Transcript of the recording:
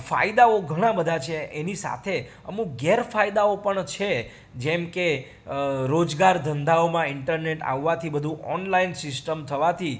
ફાયદાઓ ઘણાબધા છે એની સાથે અમુક ગેરફાયદાઓ પણ છે જેમકે રોજગાર ધંધાઓમાં ઈન્ટરનેટ આવવાથી બધું ઓનલાઈન સિસ્ટમ થવાથી